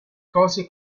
cose